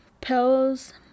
pills